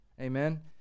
Amen